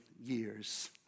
years